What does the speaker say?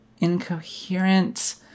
incoherent